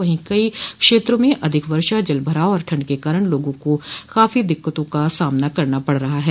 वहीं कई क्षेत्रों में अधिक वर्षा जल भराव और ठंड के कारण लोगों को काफी दिक्कतों का सामना करना पड़ रहा है